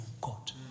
God